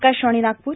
Akashvani Nagpur